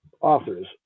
authors